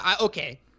Okay